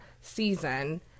season